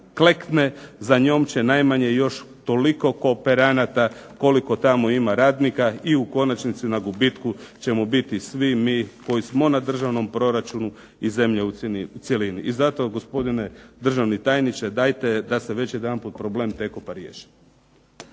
za njom će najmanje još toliko kooperanata koliko tamo ima radnika i u konačnici na gubitku ćemo biti svi mi koji smo na državnom proračunu iz zemlje u cjelini. I zato, gospodine državni tajniče, dajte da se već jedanput problem Tekopa riješi.